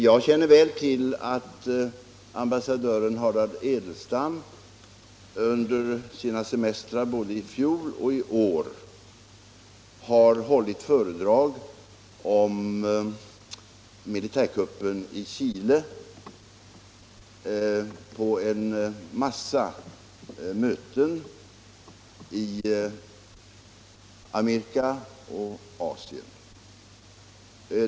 Jag känner väl till att ambassadören Harald Edelstam under sina semestrar både i fjol och i år har hållit föredrag om militärkuppen i Chile på en mängd möten i Amerika och Asien.